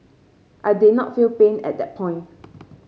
I did not feel pain at that point